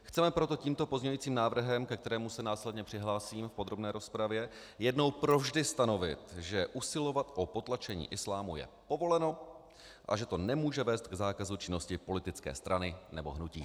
Chceme proto tímto pozměňujícím návrhem, ke kterému se následně přihlásím v podrobné rozpravě, jednou provždy stanovit, že usilovat o potlačení islámu je povoleno a že to nemůže vést k zákazu činnosti politické strany nebo hnutí.